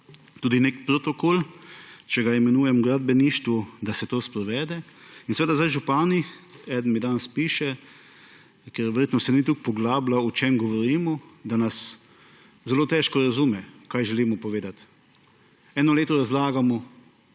tudi nek protokol, če ga imenujem po gradbeništvu, da se to sprovede. Seveda sedaj župani – eden mi danes piše, ker verjetno se ni toliko poglabljal v to, o čem govorimo –, da nas zelo težko razume, kaj želimo povedati. Eno leto razlagamo